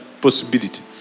possibility